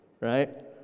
right